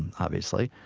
and obviously.